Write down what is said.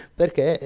perché